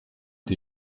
des